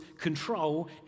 control